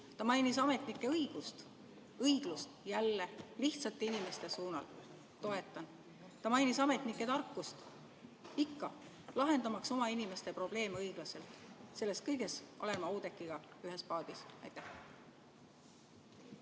Ta mainis ametnike õigust, õiglust – jälle, lihtsate inimeste suunal, toetan. Ta mainis ametnike tarkust – ikka [toetan], lahendamaks oma inimeste probleeme õiglaselt. Selles kõiges olen ma Oudekkiga ühes paadis. Nii.